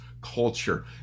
culture